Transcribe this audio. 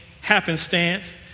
happenstance